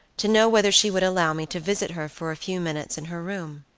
to know whether she would allow me to visit her for a few minutes in her room.